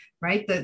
right